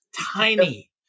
tiny